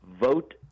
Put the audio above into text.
Vote